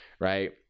right